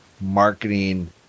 marketing